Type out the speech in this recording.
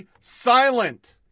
silent